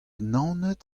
naoned